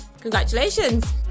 congratulations